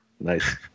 Nice